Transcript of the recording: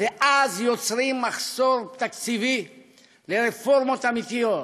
ואז יוצרים מחסור תקציבי לרפורמות אמיתיות.